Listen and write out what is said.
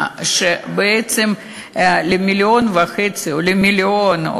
בעצם למיליון וחצי או למיליון,